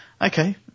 Okay